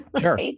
Sure